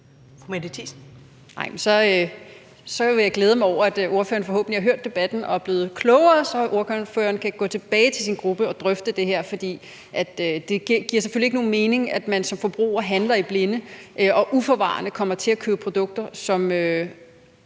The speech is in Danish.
så vil jeg glæde mig over, at ordføreren forhåbentlig har hørt debatten og er blevet klogere, så ordføreren kan gå tilbage til sin gruppe og drøfte det her. For det giver selvfølgelig ikke nogen mening, at man som forbruger handler i blinde og uforvarende kommer til at købe produkter, hvor